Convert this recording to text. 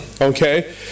Okay